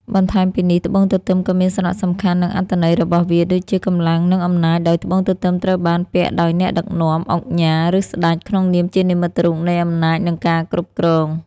បន្ថែមពីនេះត្បូងទទឹមក៏មានសារសំខាន់និងអត្ថន័យរបស់វាដូចជា កម្លាំង និងអំណាចដោយត្បូងទទឹមត្រូវបានពាក់ដោយអ្នកដឹកនាំ ឧកញ៉ា ឬស្តេច ក្នុងនាមជានិមិត្តរូបនៃអំណាចនិងការគ្រប់គ្រង។